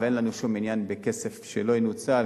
ואין לנו שום עניין בכסף שלא ינוצל,